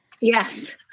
Yes